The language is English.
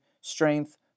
strength